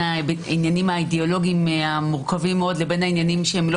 העניינים האידיאולוגים המורכבים מאוד לבין העניינים שהם לא